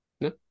No